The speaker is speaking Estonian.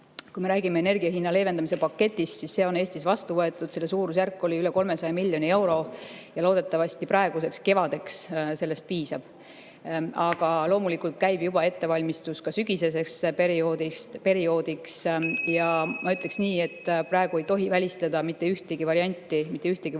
Kui me räägime energia hinna leevendamise paketist, siis see on Eestis vastu võetud, selle suurusjärk oli üle 300 miljoni euro ja loodetavasti praeguseks, kevadeks sellest piisab. Aga loomulikult käib juba ettevalmistus ka sügiseseks perioodiks. (Juhataja helistab kella.) Ma ütleksin nii, et praegu ei tohi välistada mitte ühtegi varianti, mitte ühtegi võimalust,